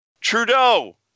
Trudeau